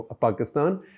Pakistan